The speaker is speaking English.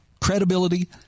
Credibility